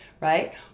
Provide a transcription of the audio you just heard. Right